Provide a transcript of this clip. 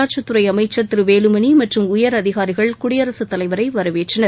உள்ளாட்சித் துறை அமைச்சர் திரு வேலுமணி மற்றும் உயரதிகாரிகள் குடியரசுத் தலைவரை வரவேற்றனர்